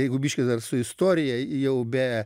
jeigu biškį dar su istorija jau be